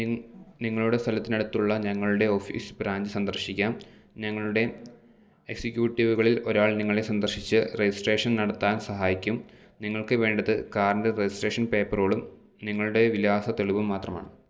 നിങ്ങളുടെ സ്ഥലത്തിനടുത്തുള്ള ഞങ്ങളുടെ ഓഫീസ് ബ്രാഞ്ച് സന്ദർശിക്കാം ഞങ്ങളുടെ എക്സിക്യൂട്ടീവുകളിൽ ഒരാൾ നിങ്ങളെ സന്ദർശിച്ച് രജിസ്ട്രേഷൻ നടത്താൻ സഹായിക്കും നിങ്ങൾക്ക് വേണ്ടത് കാറിന്റെ രജിസ്ട്രേഷൻ പേപ്പറുകളും നിങ്ങളുടെ വിലാസ തെളിവും മാത്രമാണ്